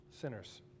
sinners